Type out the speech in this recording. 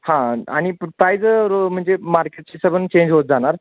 हां आणि प्राईज रो म्हणजे मार्केटची सबंध चेंज होत जाणार